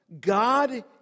God